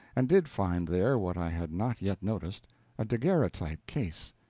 and did find there what i had not yet noticed a daguerreotype-case.